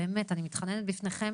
באמת, אני מתחננת בפניכם: